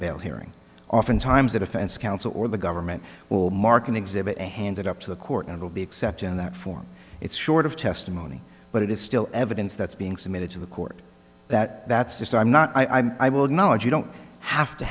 bail hearing oftentimes the defense counsel or the government will mark an exhibit and hand it up to the court and it will be except in that form it's short of testimony but it is still evidence that's being submitted to the court that that's just i'm not i'm i will acknowledge you don't have to